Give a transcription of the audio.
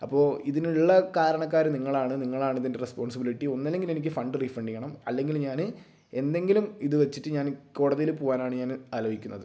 അപ്പോൾ ഇതിനുള്ള കാരണക്കാർ നിങ്ങളാണ് നിങ്ങളാണ് ഇതിൻ്റെ റെസ്പോൺസിബിളിറ്റി ഒന്നില്ലെങ്കിൽ എനിക്ക് ഫണ്ട് റീഫണ്ട് ചെയ്യണം അല്ലെങ്കിൽ ഞാൻ എന്തെങ്കിലും ഇത് വെച്ചിട്ട് ഞാൻ കോടതിയിൽ പോകാനാണ് ഞാൻ ആലോചിക്കുന്നത്